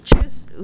choose